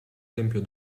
tempio